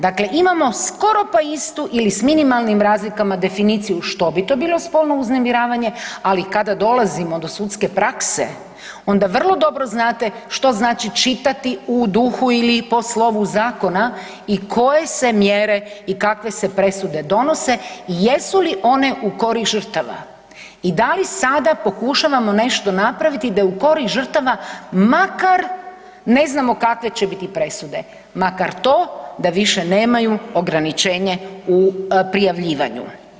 Dakle, imamo skoro pa istu ili s minimalnim razlikama definiciju što bi to bilo spolno uznemiravanje, ali kada dolazimo do sudske prakse onda vrlo dobro znate što znači čitati u duhu ili po slovu zakona i koje se mjere i kakve se presude donose, jesu li one u korist žrtava i da li sada pokušavamo nešto napraviti da je u korist žrtava makar ne znamo kakve će biti presude, makar to da više nemaju ograničenje u prijavljivanju.